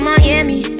Miami